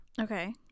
Okay